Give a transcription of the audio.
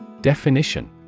Definition